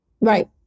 Right